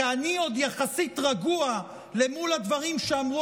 כי אני עוד יחסית רגוע למול הדברים שאמרו